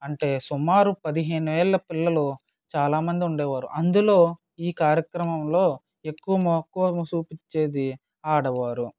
అంటే సుమారు పదిహేను ఏళ్ళ పిల్లలు చాలా మంది ఉండేవారు అందులో ఈ కార్యక్రమంలో ఎక్కువ మక్కువ చూపించేది ఆడవారు